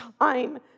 time